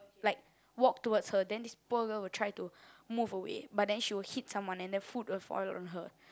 like walk towards her then this poor girl will try to move away but then she will hit someone and the food will fall on her